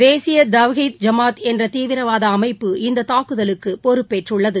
தேசிய தவ்ஹீத் ஜமாத் என்ற தீவிரவாத அமைப்பு இந்த தாக்குதலுக்கு பொறுப்பேற்றுள்ளது